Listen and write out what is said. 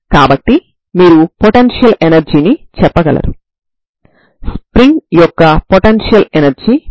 కాబట్టి దీని వల్ల మనం abfsin mπb a dxAmabmπb a dx m123 ని పొందుతాము సరేనా